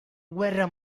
guerra